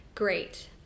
great